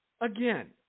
again